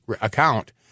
account